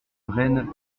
reine